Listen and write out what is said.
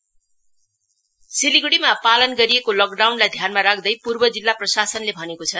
east D C सिलीग्डीमा पालन गरिएको लकडाउनलाई ध्यानमा राख्दै पूर्व जिल्ला प्रशासनले भनेको छ